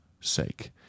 sake